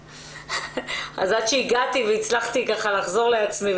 אז עד שהגעתי והצלחתי ככה לחזור לעצמי,